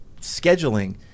scheduling